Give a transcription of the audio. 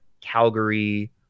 calgary